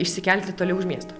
išsikelti toli už miesto